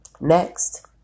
Next